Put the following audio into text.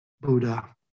Buddha